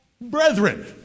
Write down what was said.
brethren